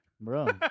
Bro